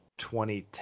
2010